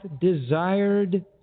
desired